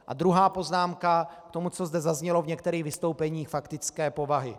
A druhá poznámka k tomu, co zde zaznělo v některých vystoupeních faktické povahy.